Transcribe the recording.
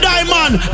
Diamond